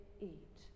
eat